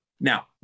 Now